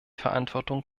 verantwortung